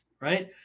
right